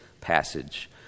passage